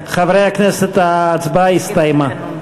חברי הכנסת, ההצבעה הסתיימה.